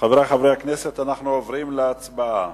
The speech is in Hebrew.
חברי חברי הכנסת, אנחנו עוברים להצבעה.